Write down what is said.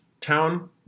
town